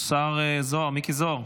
השר מיקי זוהר,